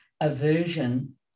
aversion